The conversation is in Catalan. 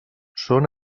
són